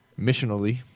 Missionally